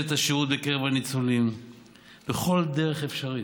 את השירות בקרב הניצולים בכל דרך אפשרית: